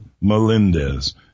Melendez